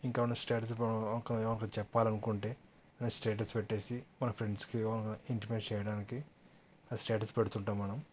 ఇంకా ఏమైనా స్టేటస్కి చెప్పాలనుకుంటే స్టేటస్ పెట్టేసి మన ఫ్రెండ్స్కి ఇంటిమేట్ చేయడానికి స్టేటస్ పెడుతుంటాం మనం